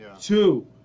two